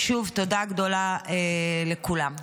שוב, תודה גדולה לכולם.